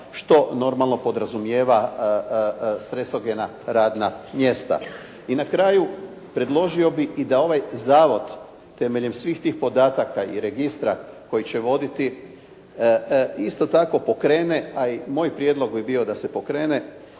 što normalno podrazumijeva stresogena radna mjesta. I na kraju predložio bi i da ovaj zavod temeljem svih tih podataka i registra koji će voditi isto tako pokrene, a i moj prijedlog bi bio da se pokrene